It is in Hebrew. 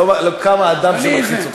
עוד לא קם האדם שמלחיץ אותך.